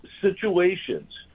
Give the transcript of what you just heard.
situations